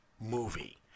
movie